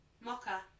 Mocha